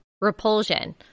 repulsion